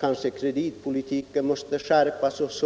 kanske även kreditpolitiken måste skärpas.